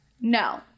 No